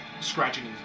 scratching